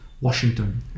Washington